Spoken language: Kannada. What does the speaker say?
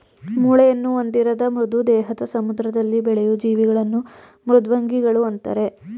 ಮೂಳೆಯನ್ನು ಹೊಂದಿರದ ಮೃದು ದೇಹದ ಸಮುದ್ರದಲ್ಲಿ ಬೆಳೆಯೂ ಜೀವಿಗಳನ್ನು ಮೃದ್ವಂಗಿಗಳು ಅಂತರೆ